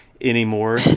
anymore